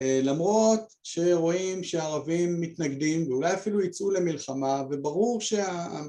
למרות שרואים שהערבים מתנגדים, ואולי אפילו יצאו למלחמה, וברור שהמלחמה